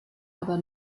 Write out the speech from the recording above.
aber